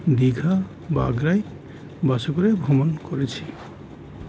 দীঘা বা আগ্রায় বাস করে ভ্রমণ করেছি